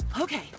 Okay